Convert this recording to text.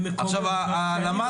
זה מקומם,